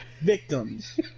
victims